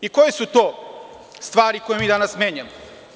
Ko je su to stvari koje mi danas menjamo?